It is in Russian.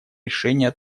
решения